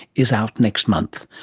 is out next month.